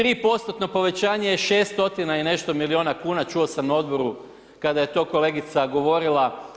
3%-tno povećanje je 6 stotina i nešto milijuna kuna, čuo sam na odboru kada je to kolegica govorila.